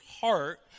heart